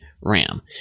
ram